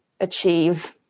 achieve